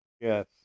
Yes